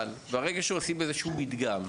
אבל ברגע שעושים איזה שהוא מדגם,